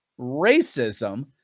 racism